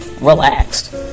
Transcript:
relaxed